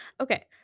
Okay